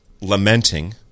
lamenting